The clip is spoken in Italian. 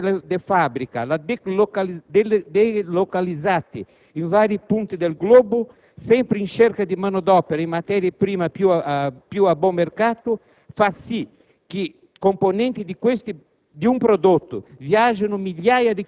consumando enormi quantità di energia. La destrutturazione di fabbriche, delocalizzate in vari punti del Globo, sempre in cerca di mano d'opera e materie prime più a buon mercato, fa sì